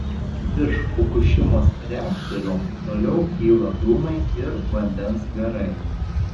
virš fukušimos reaktorių toliau kyla dūmai ir vandens garai